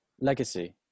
Legacy